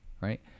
right